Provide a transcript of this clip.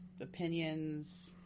opinions